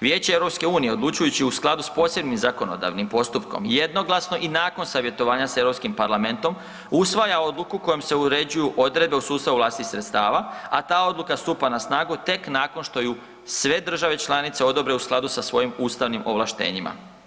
Vijeće EU odlučujući u skladu s posebnim zakonodavnim postupkom jednoglasno i nakon savjetovanja s Europskim parlamentom usvaja odluku kojom se uređuju odredbe u sustavu vlastitih sredstava, a ta odluka stupa na snagu tek nakon što ju sve države članice odobre u skladu sa svojim ustavnim ovlaštenjima.